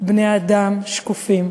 בבני-אדם שקופים,